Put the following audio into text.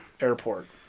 Airport